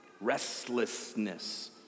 restlessness